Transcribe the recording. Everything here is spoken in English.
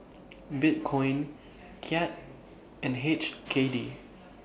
Bitcoin Kyat and H K D